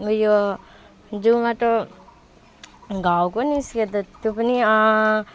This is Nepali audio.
उ यो जिउमा त घाउ पो निस्क्यो त त्यो पनि